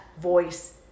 voice